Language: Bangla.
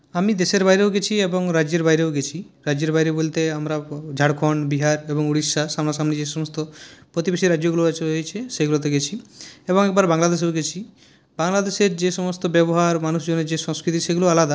আমি দেশের বাইরেও গেছি এবং রাজ্যের বাইরেও গেছি রাজ্যের বাইরে বলতে আমরা ঝাড়খন্ড বিহার এবং উড়িষ্যা সামনাসামনি যে সমস্ত প্রতিবেশী রাজ্যগুলো রয়েছে সেগুলোতে গেছি এবং একবার বাংলাদেশেও গেছি বাংলাদেশের যে সমস্ত ব্যবহার মানুষজনের যে সংস্কৃতি সেগুলো আলাদা